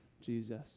Jesus